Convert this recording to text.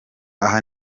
aha